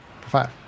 Five